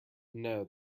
know